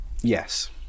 Yes